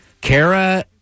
Kara